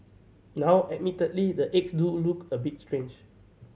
now admittedly the eggs do look a bit strange